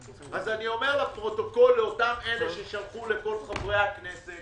אז אני אומר לפרוטוקול לכל אלה ששלחו לאותם חברי הכנסת